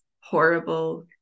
horrible